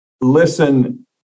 listen